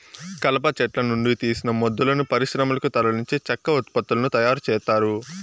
కలప చెట్ల నుండి తీసిన మొద్దులను పరిశ్రమలకు తరలించి చెక్క ఉత్పత్తులను తయారు చేత్తారు